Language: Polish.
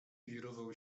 wirował